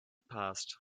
passed